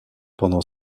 pendant